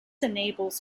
enables